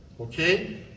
okay